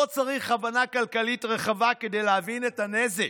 לא צריך הבנה כלכלית רחבה כדי להבין את הנזק.